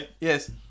Yes